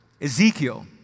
Ezekiel